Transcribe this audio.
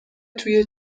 توی